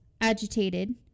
agitated